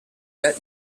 that